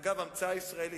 אגב, המצאה ישראלית.